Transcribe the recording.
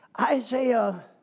Isaiah